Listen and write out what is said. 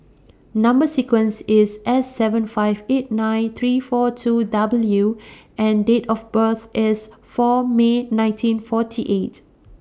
Number sequence IS S seven five eight nine three four two W and Date of birth IS four May nineteen forty eight